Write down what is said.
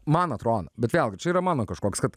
man atrodo bet vėlgi čia yra mano kažkoks kad